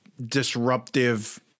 disruptive